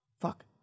Fuck